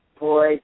Boy